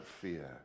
fear